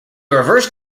reverse